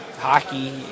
hockey